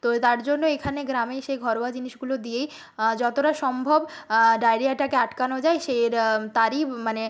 তো তার জন্য এখানে গ্রামেই সে ঘরোয়া জিনিসগুলো দিয়েই যতটা সম্ভব ডায়রিয়াটাকে আটকানো যায় সের তারই মানে